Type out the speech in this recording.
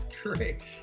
great